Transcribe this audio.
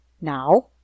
Now